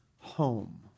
home